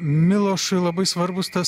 milošui labai svarbūs tas